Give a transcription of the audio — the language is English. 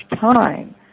time